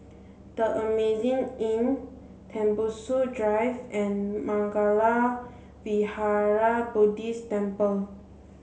the Amazing Inn Tembusu Drive and Mangala Vihara Buddhist Temple